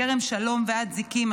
מכרם שלום ועד זיקים,